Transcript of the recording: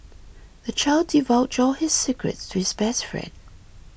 the child divulged all his secrets to his best friend